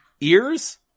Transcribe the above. Ears